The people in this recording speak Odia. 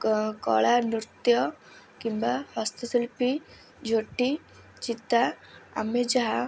କଳା ନୃତ୍ୟ କିମ୍ବା ହସ୍ତଶିଳ୍ପୀ ଝୋଟି ଚିତା ଆମେ ଯାହା